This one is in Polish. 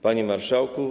Panie Marszałku!